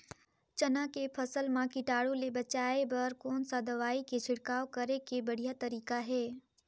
चाना के फसल मा कीटाणु ले बचाय बर कोन सा दवाई के छिड़काव करे के बढ़िया तरीका हे?